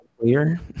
clear